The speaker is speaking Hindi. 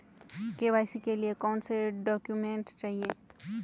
के.वाई.सी के लिए कौनसे डॉक्यूमेंट चाहिये?